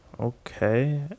okay